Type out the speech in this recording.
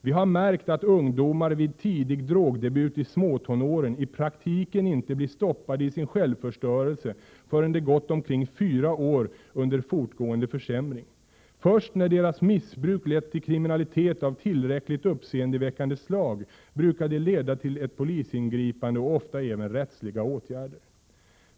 Vi har märkt att ungdomar vid tidig drogdebut i småtonåren i praktiken inte blir stoppade i sin självförstörelse förrän det gått omkring fyra år under fortgående försämring. Först när deras missbruk lett till kriminalitet av tillräckligt uppseendeväckande slag brukar det leda till ett polisingripande och ofta även rättsliga åtgärder.